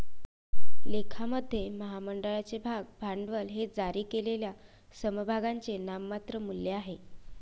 लेखामध्ये, महामंडळाचे भाग भांडवल हे जारी केलेल्या समभागांचे नाममात्र मूल्य आहे